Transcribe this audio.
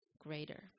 greater